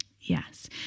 Yes